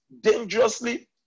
dangerously